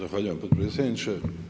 Zahvaljujem potpredsjedniče.